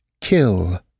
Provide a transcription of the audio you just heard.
kill